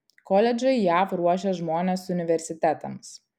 koledžai jav ruošia žmones universitetams